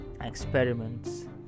experiments